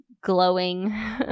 glowing